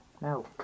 No